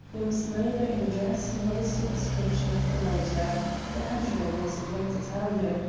there was neither an address nor the superscription of the writer the handwriting was a faint italian,